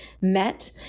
met